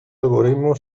algoritmo